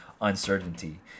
uncertainty